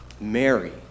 Mary